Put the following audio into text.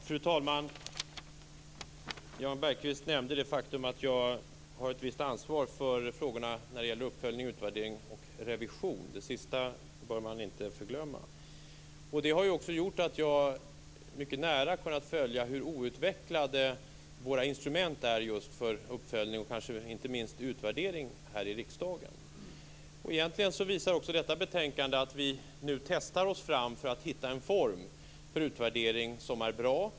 Fru talman! Jan Bergqvist nämnde det faktum att jag har ett visst ansvar för frågorna om uppföljning, utvärdering, uppföljning och revision. Det sista bör man inte förglömma. Det har gjort att jag mycket nära har kunnat följa hur outvecklade våra instrument är just för uppföljning och kanske inte minst för utvärdering här i riksdagen. Egentligen visar också detta betänkande att vi nu testar oss fram för att finna en form för utvärdering som är bra.